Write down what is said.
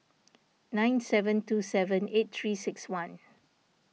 nine seven two seven eight three six one